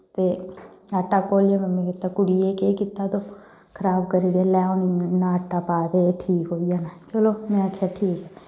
ते आटा घोलियै मम्मी गी दित्ता कुड़ी एह् केह् कीता तूं खराब करी ओड़ेआ लै हून इन्ना इन्ना आटा पा एह्दे च एह् ठीक होई जाना चलो में आखेआ ठीक ऐ